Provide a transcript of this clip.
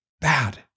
bad